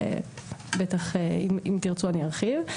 אם תירצו אני ארחיב.